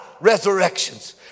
resurrections